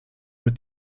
mit